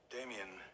Damien